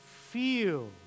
feel